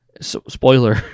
Spoiler